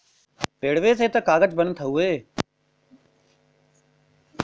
पेड़वे से त कागज बनत हउवे